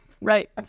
Right